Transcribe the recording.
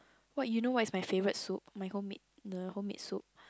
what you know what is my favourite soup my homemade the homemade soup